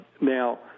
Now